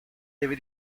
deve